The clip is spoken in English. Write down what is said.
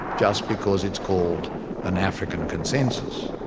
just because it's called an african consensus.